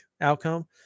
outcome